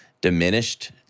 diminished